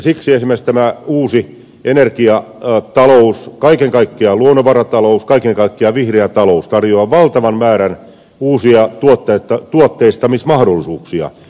siksi esimerkiksi uusi energiatalous kaiken kaikkiaan luonnonvaratalous kaiken kaikkiaan vihreä talous tarjoaa valtavan määrän uusia tuotteistamismahdollisuuksia